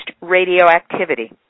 radioactivity